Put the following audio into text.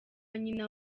nyina